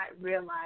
realize